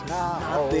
now